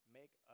make